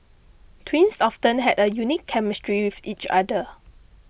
twins often have a unique chemistry with each other